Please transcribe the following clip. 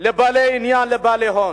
לבעלי עניין, לבעלי הון.